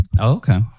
Okay